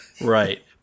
Right